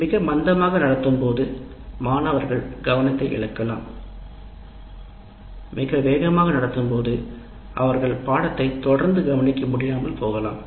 மிக மந்தமாக நடத்தும்போது மாணவர்கள் கவனத்தைக் இழக்கலாம் அவர்கள் படத்தை தொடர்ந்து கவனிக்க முடியாமல் போகலாம்